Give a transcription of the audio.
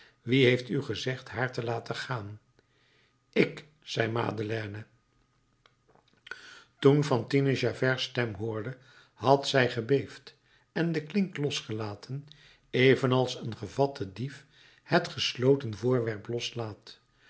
wie heeft u gezegd haar te laten gaan ik zei madeleine toen fantine javert's stem hoorde had zij gebeefd en de klink losgelaten evenals een gevatte dief het gestolen voorwerp